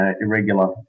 irregular